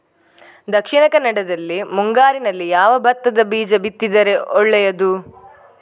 ದಕ್ಷಿಣ ಕನ್ನಡದಲ್ಲಿ ಮುಂಗಾರಿನಲ್ಲಿ ಯಾವ ಭತ್ತದ ಬೀಜ ಬಿತ್ತಿದರೆ ಒಳ್ಳೆಯದು?